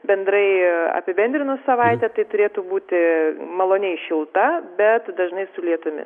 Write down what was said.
bendrai apibendrinus savaitė tai turėtų būti maloniai šilta bet dažnai su lietumi